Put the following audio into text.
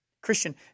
Christian